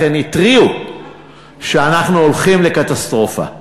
אכן התריעו שאנחנו הולכים לקטסטרופה.